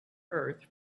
earth